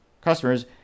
customers